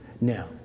Now